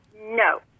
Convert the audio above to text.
No